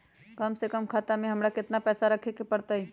कम से कम खाता में हमरा कितना पैसा रखे के परतई?